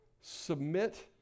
Submit